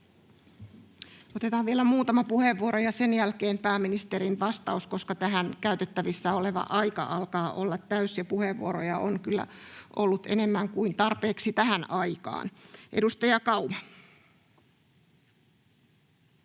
Otetaan vielä muutama puheenvuoro ja sen jälkeen pääministerin vastaus, koska tähän käytettävissä oleva aika alkaa olla täysi ja puheenvuoroja on kyllä ollut enemmän kuin tarpeeksi tähän aikaan. — Edustaja Kauma.